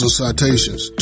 citations